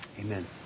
Amen